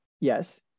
Yes